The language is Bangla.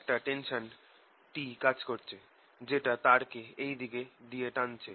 একটা টেনশান T কাজ করছে যেটা তারকে এই দিক দিয়ে টানছে